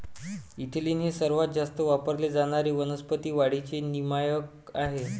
ethylene हे सर्वात जास्त वापरले जाणारे वनस्पती वाढीचे नियामक आहे